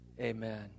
amen